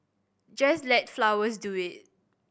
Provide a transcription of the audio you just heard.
just let flowers do it